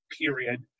period